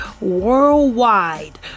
worldwide